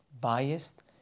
biased